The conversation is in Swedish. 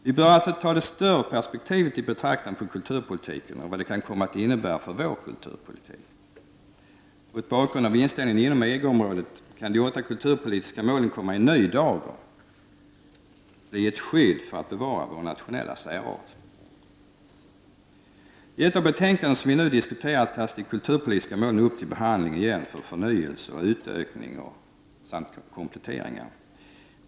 Vi bör alltså ta i betraktande det större perspektivet på kulturpolitken och vad det kan komma att innebära för vår kulturpolitik. Mot bakgrund av inställningen inom EG-området kan de åtta kulturpolitiska målen komma i en ny dager — bli ett skydd när det gäller att bevara vår nationella särart. I ett av de betänkanden som vi nu diskuterar tas de kulturpolitiska målen upp till behandling igen för förnyelse och utökning samt kompletteringar.